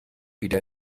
wieder